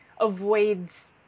avoids